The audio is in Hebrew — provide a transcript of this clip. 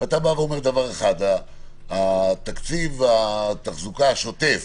אתה אומר שתקציב התחזוקה השוטף